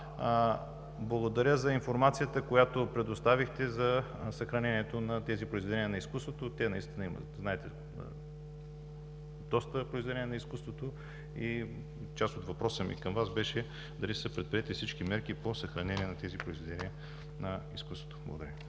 Благодаря за информацията, която предоставихте за съхранението на тези произведения на изкуството. Там наистина има, знаете, доста произведения на изкуството и част от въпроса ми към Вас беше дали са предприети всички мерки по съхранение на тези произведения на изкуството. Благодаря.